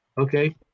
Okay